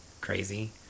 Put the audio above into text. crazy